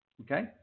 okay